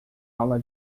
aula